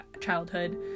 childhood